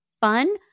fun